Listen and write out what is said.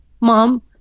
mom